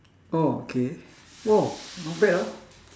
oh okay !whoa! not bad ah